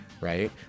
Right